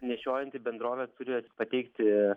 nešiojanti bendrovė turi pateikti